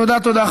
תודה, תודה.